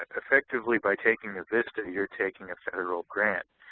effectively by taking the vista you're taking a federal grant.